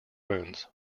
wounds